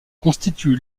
constitue